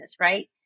right